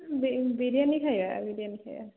ବିରିୟାନି ଖାଇବା ବିରିୟାନି ଖାଇବା